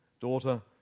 Daughter